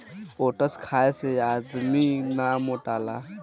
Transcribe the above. oats खाए से आदमी ना मोटाला